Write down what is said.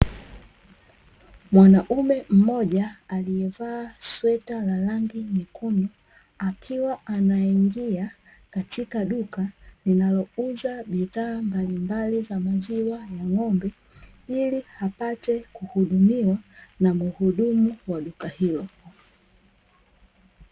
Mwanaume mmoja aliyevaa sweta la rangi nyekundu, akiwa anaingia katika duka linalouza bidhaa mbalimbali za maziwa ya ng'ombe, ili apate kuhudumiwa na muhudumu wa duka hilo.